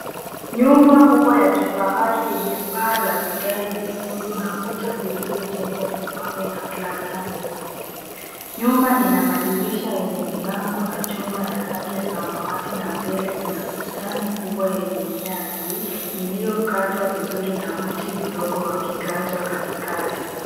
Nyumba kubwa ya kifahari yenye paa la vigae vyekundu na kuta zilizojengwa kwa mawe na plasta nyeupe. Nyumba ina madirisha yenye milango na chuma ya rangi ya samawati na mbele Kuna bustani kubwa yenye nyasi, iliyokatwa vizuri na mti mdogo wa kiganja katikati.